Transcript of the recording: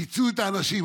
פיצו את האנשים.